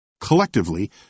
Collectively